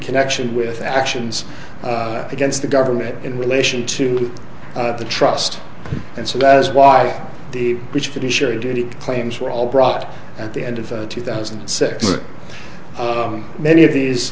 connection with actions against the government in relation to the trust and so that is why the which pretty sure did it claims were all brought at the end of two thousand and six many of these